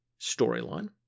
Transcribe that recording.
storyline